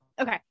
Okay